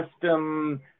custom